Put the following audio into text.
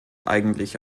eigentlich